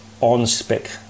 on-spec